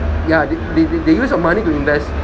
ya the~ the~ they use your money to invest